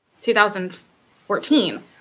2014